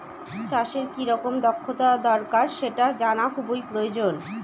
চাষের কি রকম দক্ষতা দরকার সেটা জানা খুবই প্রয়োজন